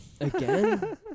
Again